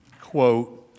quote